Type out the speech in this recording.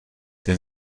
ten